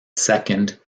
second